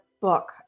book